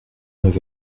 neuf